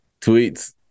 Tweets